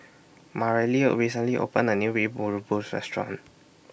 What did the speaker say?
Mareli recently opened A New Mee Rebus Restaurant